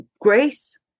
Grace